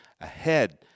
ahead